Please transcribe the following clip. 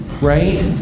right